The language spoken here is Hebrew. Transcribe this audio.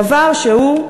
דבר שהוא,